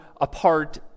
apart